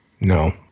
No